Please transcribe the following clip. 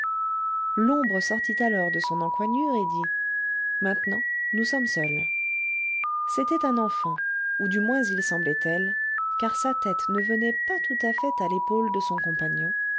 l'ombre sortit alors de son encoignure et dit maintenant nous sommes seuls c'était un enfant ou du moins il semblait tel car sa tête ne venait pas tout à fait à l'épaule de son compagnon